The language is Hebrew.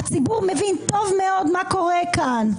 הציבור מבין טוב מאוד מה קורה כאן.